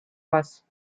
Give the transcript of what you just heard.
вас